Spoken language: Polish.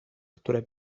które